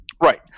Right